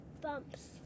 bumps